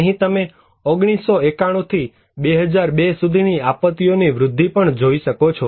અહીં તમે 1991 થી 2002 સુધીની આપત્તિઓની વૃદ્ધિ પણ જોઈ શકો છો